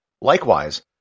Likewise